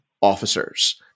officers